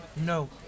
no